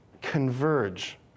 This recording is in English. Converge